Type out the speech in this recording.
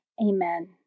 Amen